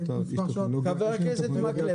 חבר הכנסת מקלב,